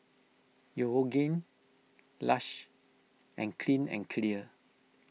Yoogane Lush and Clean and Clear